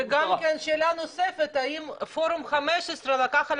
וגם כן שאלה נוספת: האם פורום 15 לקח על